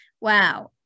wow